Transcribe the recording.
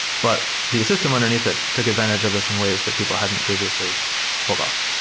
but the system underneath it took advantage of this in ways that people hadn't previously built off.